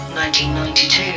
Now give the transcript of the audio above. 1992